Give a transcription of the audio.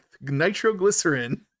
nitroglycerin